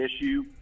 issue